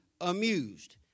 amused